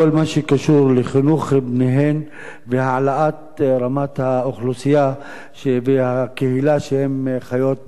שקשור לחינוך בניהן והעלאת רמת האוכלוסייה והקהילה שהן חיות בהן.